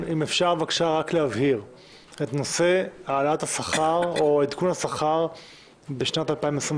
אם אפשר בבקשה רק להבהיר את נושא העלאת השכר או עדכון השכר בשנת 2022,